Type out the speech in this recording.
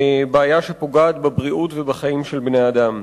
בעיה שפוגעת בבריאות ובחיים של בני-האדם.